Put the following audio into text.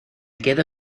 quedo